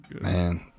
Man